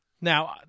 now